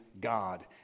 God